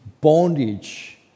bondage